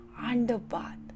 underbath